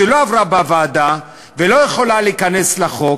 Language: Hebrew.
שלא עברה בוועדה ולא יכולה להיכנס לחוק,